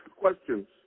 questions